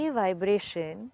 vibration